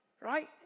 Right